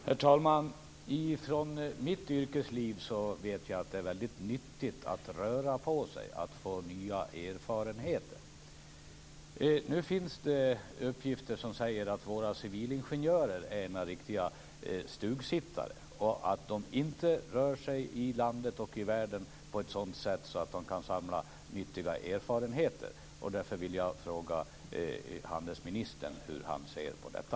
Herr talman! Från mitt yrkesliv vet jag att det är väldigt nyttigt att röra på sig och få nya erfarenheter. Nu finns det uppgifter som säger att våra civilingenjörer är ena riktiga stugsittare och att de inte rör sig i landet och i världen på ett sådant sätt att de kan samla nyttiga erfarenheter. Därför vill jag fråga handelsministern hur han ser på detta.